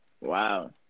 Wow